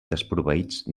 desproveïts